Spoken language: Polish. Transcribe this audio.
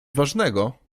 ważnego